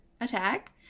attack